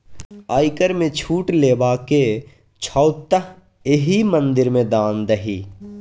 आयकर मे छूट लेबाक छौ तँ एहि मंदिर मे दान दही